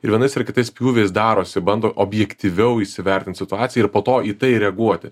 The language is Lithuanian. ir vienais ir kitais pjūviais darosi bando objektyviau įsivertint situaciją ir po to į tai reaguoti